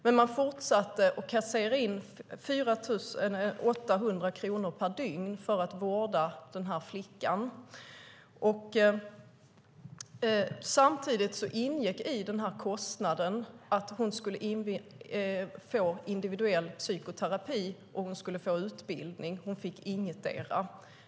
Hemmet fortsatte dock att kassera in 4 800 kronor per dygn för att vårda Nora. I kostnaden ingick att Nora skulle få individuell psykoterapi och utbildning. Hon fick ingetdera.